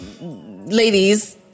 ladies